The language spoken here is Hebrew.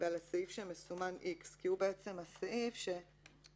ועל הסעיף שמסומן X כי הוא הסעיף שמציע